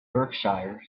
berkshire